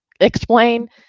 explain